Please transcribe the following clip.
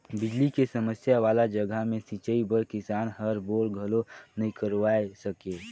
बिजली के समस्या वाला जघा मे सिंचई बर किसान हर बोर घलो नइ करवाये सके